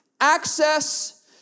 access